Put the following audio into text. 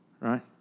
right